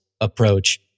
approach